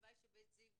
והלוואי ש'בית זיו'